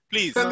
Please